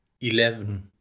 eleven